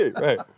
Right